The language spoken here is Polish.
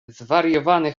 zwariowany